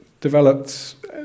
developed